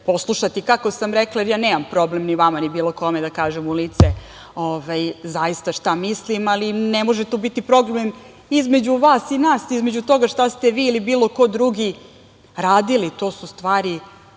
poslušati kako sam rekla. Nemam problem ni vama ni bilo kome da kažem u lice zaista šta mislim. Ali, ne može tu biti problem između vas ili nas, šta ste vi ili bilo ko drugi radili, to su stvari